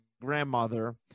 grandmother